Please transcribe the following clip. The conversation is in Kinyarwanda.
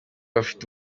afite